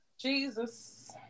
Jesus